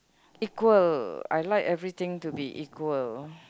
equal I like everything to be equal